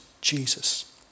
Jesus